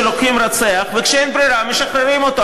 שלוקחים רוצח וכשאין ברירה משחררים אותו.